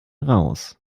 raus